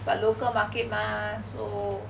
but local market mah so